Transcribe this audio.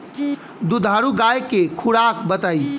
दुधारू गाय के खुराक बताई?